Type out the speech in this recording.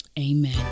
Amen